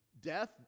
death